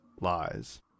lies